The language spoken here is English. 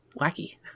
wacky